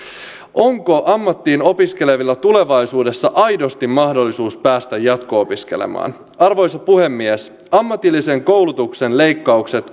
onko ammattiin opiskelevilla tulevaisuudessa aidosti mahdollisuus päästä jatko opiskelemaan arvoisa puhemies ammatillisen koulutuksen leikkaukset